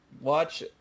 Watch